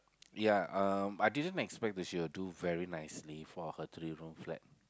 ya um I didn't expect that she would do very nicely for her three room flat